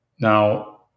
now